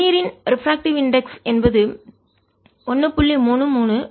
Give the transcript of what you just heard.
தண்ணீர் இன் refractive index ஒளிவிலகல் குறியீடு என்பது 1